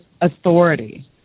authority